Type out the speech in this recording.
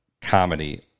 comedy